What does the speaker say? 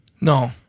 No